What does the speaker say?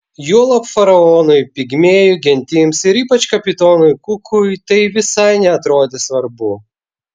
juolab faraonui pigmėjų gentims ir ypač kapitonui kukui tai visai neatrodė svarbu